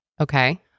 Okay